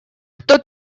кто